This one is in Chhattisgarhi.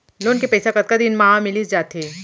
लोन के पइसा कतका दिन मा मिलिस जाथे?